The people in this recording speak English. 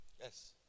Yes